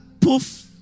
poof